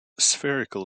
spherical